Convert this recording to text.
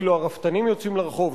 אפילו הרפתנים יוצאים לרחוב,